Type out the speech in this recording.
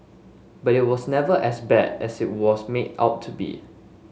but it was never as bad as it was made out to be